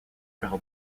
par